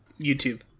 youtube